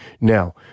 Now